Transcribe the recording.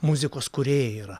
muzikos kūrėjai yra